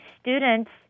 students